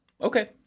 Okay